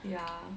ya